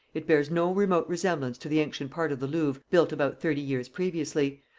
it bears no remote resemblance to the ancient part of the louvre built about thirty years previously,